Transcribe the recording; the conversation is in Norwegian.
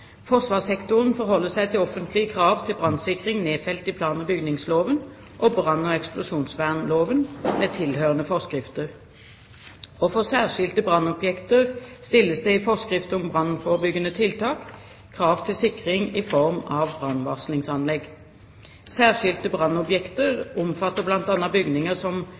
Forsvarssektoren forholder seg til offentlige krav til brannsikring nedfelt i plan- og bygningsloven og i brann- og eksplosjonsvernloven, med tilhørende forskrifter. For særskilte brannobjekter stilles det, i forskrift om brannforebyggende tiltak, krav til sikring i form av brannvarslingsanlegg. Særskilte brannobjekter omfatter bl.a. bygninger